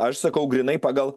aš sakau grynai pagal